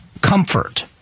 comfort